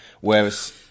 Whereas